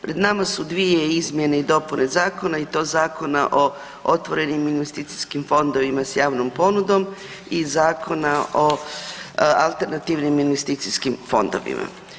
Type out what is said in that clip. Pred nama su dvije izmjene i dopune zakona i to Zakona o otvorenim investicijskim fondovima s javnom ponudom i Zakona o alternativnim investicijskim fondovima.